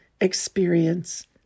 experience